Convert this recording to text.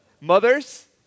Mothers